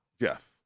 Jeff